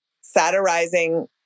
satirizing